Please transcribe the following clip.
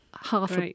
half